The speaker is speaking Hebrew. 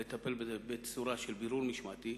לטפל בזה בצורה של בירור משמעתי.